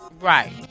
Right